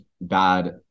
bad